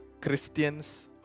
Christians